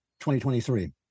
2023